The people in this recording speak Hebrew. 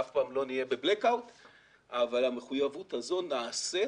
שאף פעם לא נהיה ב-Black out אבל המחויבות הזו נעשית